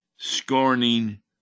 scorning